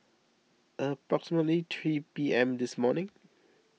approximately three P M this morning